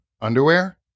Underwear